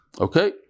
okay